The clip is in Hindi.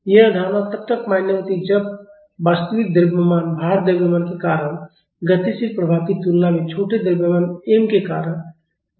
यह धारणा तब मान्य होती है जब वास्तविक द्रव्यमान भार द्रव्यमान के कारण गतिशील प्रभाव की तुलना में छोटे द्रव्यमान m के कारण गतिशील प्रभाव नगण्य होता है